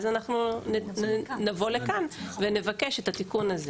אז אנחנו נבוא לכאן ונבקש את התיקון הזה.